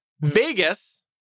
Vegas